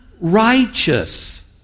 righteous